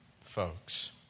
folks